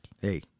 Hey